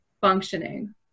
functioning